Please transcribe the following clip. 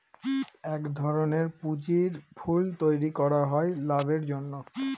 এক ধরনের পুঁজির পুল তৈরী করা হয় লাভের জন্য